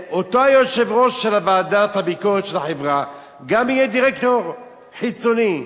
אותו יושב-ראש של ועדת הביקורת של החברה גם יהיה דירקטור חיצוני.